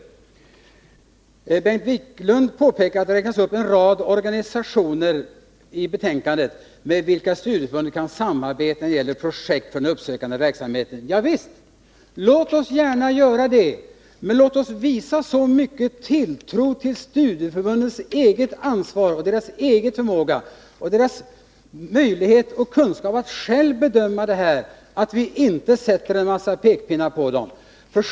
Bengt Wiklund påpekade att det i betänkandet räknas upp en rad organisationer med vilka studieförbunden kan samarbeta när det gäller projekt för den uppsökande verksamheten. Ja visst, låt studieförbunden delta i sådan samverkan, men låt oss visa så mycket tilltro till studieförbundens eget ansvar, till deras egen förmåga och kunskap att vi inte kommer med en massa pekpinnar åt dem!